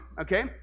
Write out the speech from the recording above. okay